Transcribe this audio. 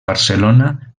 barcelona